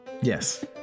Yes